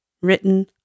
Written